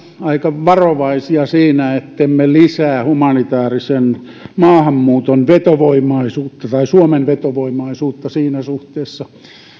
aika varovaisia siinä ettemme lisää humanitäärisen maahanmuuton vetovoimaisuutta suomen vetovoimaisuutta siinä suhteessa